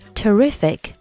terrific